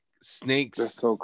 snakes